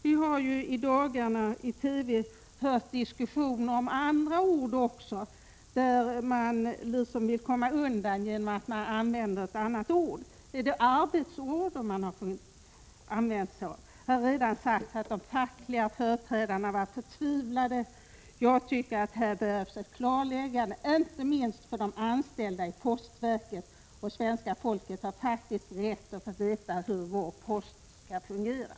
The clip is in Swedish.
Vi har ju i dagarna i TV hört hur man vill komma undan något besvärligt genom att använda ett annat ord. Är det en ”arbetsorder” i stället för ”direktiv” som man har använt sig av? Här har det redan sagts att de fackliga företrädarna var förtvivlade. Jag tycker att det behövs ett klarläggande, inte minst med tanke på de anställda i postverket. Svenska folket har faktiskt också rätt att få veta hur posten har fungerat och hur den skall fungera.